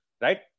Right